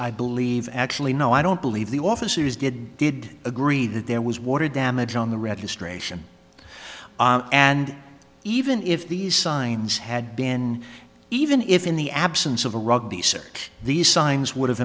i believe actually no i don't believe the officers did did agree that there was water damage on the registration and even if these signs had been even if in the absence of a rugby search these signs would